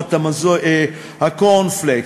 רפורמת הקורנפלקס,